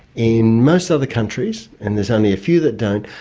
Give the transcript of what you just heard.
in most other countries, and there's only a few that don't,